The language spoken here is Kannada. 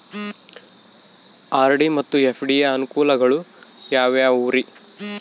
ಆರ್.ಡಿ ಮತ್ತು ಎಫ್.ಡಿ ಯ ಅನುಕೂಲಗಳು ಯಾವ್ಯಾವುರಿ?